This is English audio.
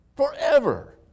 forever